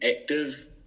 active